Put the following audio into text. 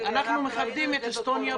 אנחנו מכבדים את אסטוניה.